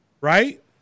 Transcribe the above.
right